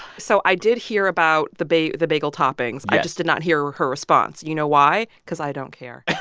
so i did hear about the bagel the bagel toppings yes i just did not hear her response. you know why? cause i don't care